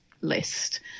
list